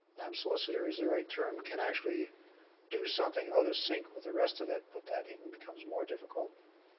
so so tear is the right term, can actually do something out of sync with the rest of it, but that even becomes more difficult.